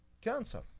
cancer